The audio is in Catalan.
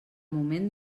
moment